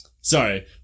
Sorry